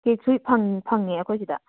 ꯀꯦꯛꯁꯨ ꯐꯪꯉꯦ ꯑꯩꯈꯣꯏ ꯁꯤꯗ